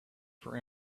for